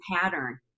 pattern